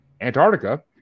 Antarctica